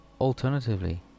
alternatively